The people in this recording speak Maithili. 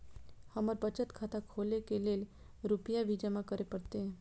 हमर बचत खाता खोले के लेल रूपया भी जमा करे परते?